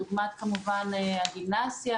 כדוגמת הגימנסיה,